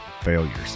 failures